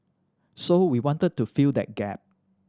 so we wanted to fill that gap